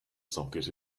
socket